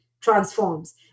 transforms